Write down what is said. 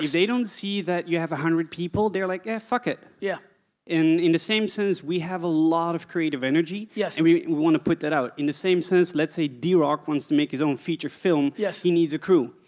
they don't see that you have a hundred people. they're like, yeah, fuck it. yeah. and in the same sense, we have a lot of creative energy. yes. and we want to put that out. in the same sense, let's say drock wants to make his own feature film, yes. he needs a crew.